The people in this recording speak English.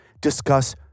discuss